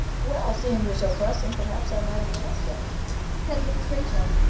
well, seeing you're so pressing, perhaps i might as well, stay said mrs. rachel,